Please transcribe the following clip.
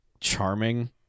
charming